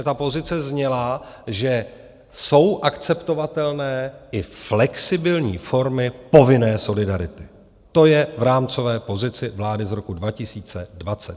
Ta pozice zněla, že jsou akceptovatelné i flexibilní formy povinné solidarity, to je v rámcové pozici vlády z roku 2020.